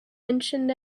mentioned